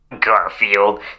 Garfield